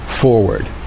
forward